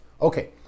Okay